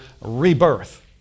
rebirth